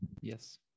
Yes